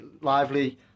lively